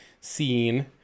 scene